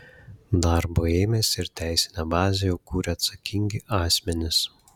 darbo ėmėsi ir teisinę bazę jau kuria atsakingi asmenys